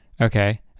Okay